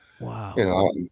Wow